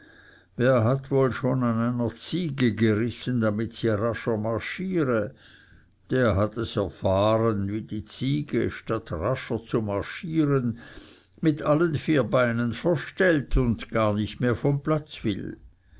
wer hat wohl schon an einer ziege gerissen damit sie rascher marschiere der hat es erfahren wie die ziege statt rascher zu marschieren mit all vier beinen verstellt und gar nicht mehr vom platz will